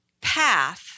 path